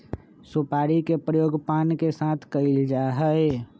सुपारी के प्रयोग पान के साथ कइल जा हई